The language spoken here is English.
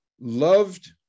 loved